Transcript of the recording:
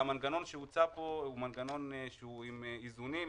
והמנגנון שהוצע פה הוא מנגנון עם איזונים,